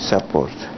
Support